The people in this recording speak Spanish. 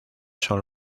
son